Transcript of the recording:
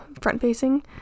front-facing